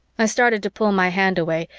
i started to pull my hand away,